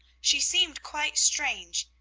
she seemed quite strange,